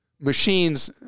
machines